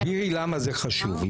תסבירי למה זה חשוב.